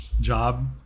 job